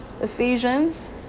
ephesians